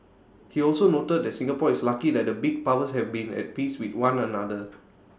he also noted that Singapore is lucky that the big powers have been at peace with one another